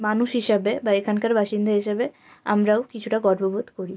মানুষ হিসাবে বা এখানকার বাসিন্দা হিসাবে আমরাও কিছুটা গর্ববোধ করি